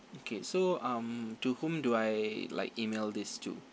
okay so um to whom do I like email this to